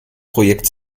projekt